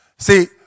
See